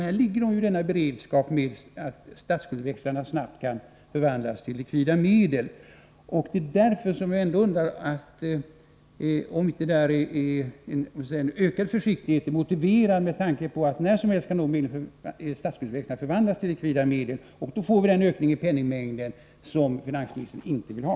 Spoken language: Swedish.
Företagen har ju denna beredskap genom att statsskuldsväxlarna snabbt kan förvandlas till likvida medel. Det är därför som jag undrar om inte en ökad försiktighet är motiverad med tanke på att statsskuldsväxlarna när som helst kan förvandlas till likvida medel, och vi då får den ökning av penningmängden som finansministern inte vill ha.